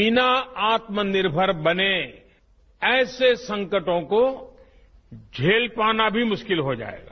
बिना आत्मनिर्भर बने ऐसे संकटों को झेल पाना भी मुश्किल हो जाएगा